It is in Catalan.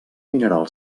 mineral